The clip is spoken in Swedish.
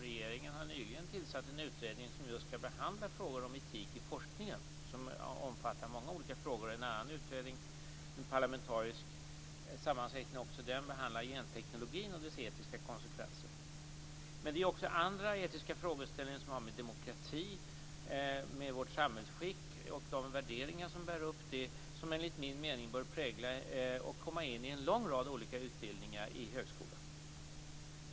Regeringen har nyligen tillsatt en utredning som just skall behandla frågor om etik i forskningen och som omfattar många olika spörsmål. En parlamentariskt sammansatt utredning behandlar gentekniken och dess etiska konsekvenser. Det finns också andra etiska frågeställningar som har att göra med demokrati och med vårt samhällsskick och de värderingar som bär upp detta och som enligt min mening bör prägla och komma in i en lång rad olika utbildningar inom högskolan.